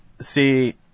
see